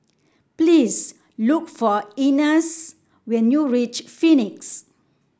please look for Ines when you reach Phoenix